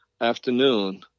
afternoon